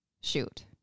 shoot